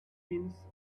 pins